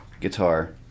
guitar